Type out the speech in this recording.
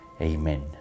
Amen